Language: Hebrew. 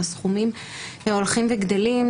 הסכומים הולכים וגדלים,